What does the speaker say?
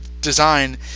design